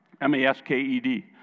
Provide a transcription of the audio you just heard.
M-A-S-K-E-D